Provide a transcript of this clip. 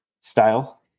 style